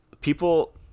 People